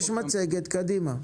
יש מצגת, קדימה.